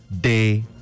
day